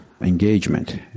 engagement